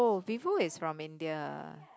oh Vivo is from India